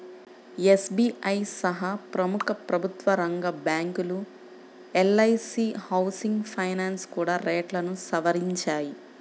SBI సహా ప్రముఖ ప్రభుత్వరంగ బ్యాంకులు, ఎల్.ఐ.సీ హౌసింగ్ ఫైనాన్స్ కూడా రేట్లను సవరించాయి